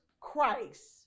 Christ